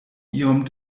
iom